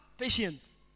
Patience